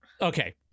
Okay